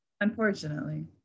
unfortunately